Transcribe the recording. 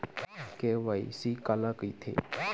KYC काला कइथे?